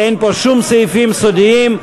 אין פה שום סעיפים סודיים.